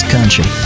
Country